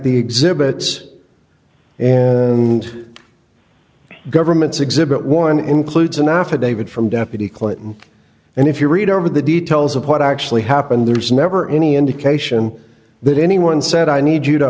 the exhibits and governments exhibit one includes an affidavit from deputy clinton and if you read over the details of what actually happened there was never any indication that anyone said i need you to